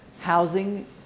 housing